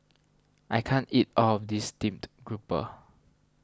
I can't eat all of this Steamed Grouper